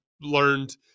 learned